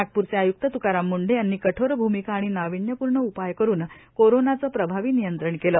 नागपूरचे आय्क्त तुकाराम मुंढे यांनी कठोर भूमिका आणि नावीन्यपूर्ण उपाय करुन कोरोनाचे प्रभावी नियंत्रण केले